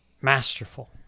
masterful